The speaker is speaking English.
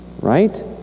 right